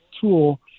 tool